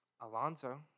Alonso